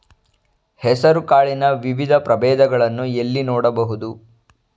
ಹೆಸರು ಕಾಳಿನ ವಿವಿಧ ಪ್ರಭೇದಗಳನ್ನು ಎಲ್ಲಿ ನೋಡಬಹುದು?